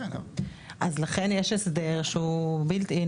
אז לכן יש הסדר שהוא Built in,